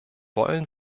wollen